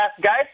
guys